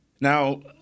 Now